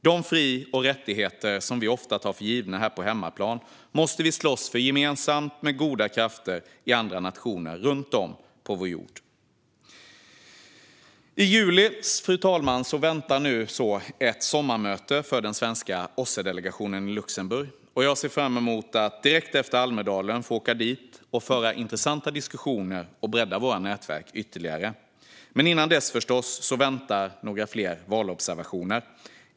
De fri och rättigheter som vi ofta tar för givna här på hemmaplan måste vi slåss för gemensamt med goda krafter i andra nationer runt om på vår jord. Fru talman! I juli väntar ett sommarmöte för den svenska OSSE-delegationen i Luxemburg. Jag ser fram emot att direkt efter Almedalen få åka dit och föra intressanta diskussioner och bredda våra nätverk ytterligare. Men innan dess väntar förstås några fler valobservationer.